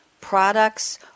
products